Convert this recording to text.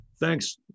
Thanks